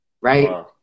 right